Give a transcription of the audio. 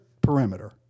perimeter